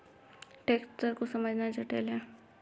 tax दर को समझना जटिल है